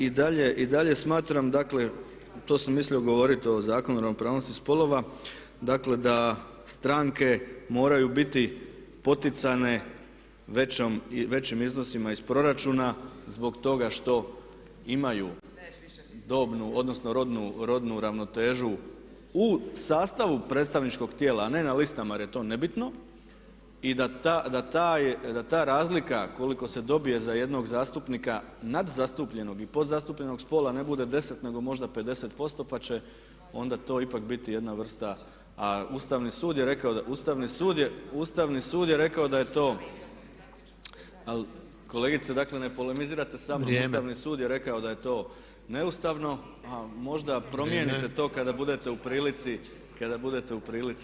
I dalje smatram dakle, to sam mislio govoriti o Zakonu o ravnopravnosti spolova, dakle da stranke moraju bit poticane većim iznosima iz proračuna zbog toga što imaju dobnu odnosno rodnu ravnotežu u sastavu predstavničkog tijela a ne na listama jer je to nebitno i da ta razlika koliko se dobije za jednog zastupnika nad zastupljenog i podzastupljenog spola ne bude 10 nego možda 50% pa će onda to ipak biti jedna vrsta a Ustavni sud je rekao, Ustavni sud je rekao da je to, al kolegice dakle ne polemizirate samo Ustavni sud je rekao da je to neustavno a možda promijenite to kada budete u prilici o tome ponovno odlučivati.